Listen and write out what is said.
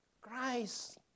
Christ